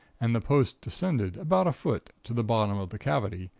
and the post descended about a foot, to the bottom of the cavity,